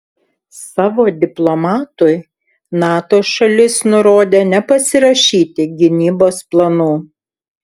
savo diplomatui nato šalis nurodė nepasirašyti gynybos planų